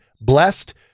blessed